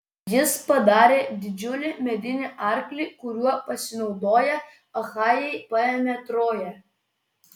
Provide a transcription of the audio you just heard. jis padarė didžiulį medinį arklį kuriuo pasinaudoję achajai paėmė troją